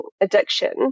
addiction